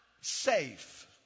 safe